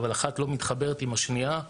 אבל אחת לא מתחברת עם השנייה,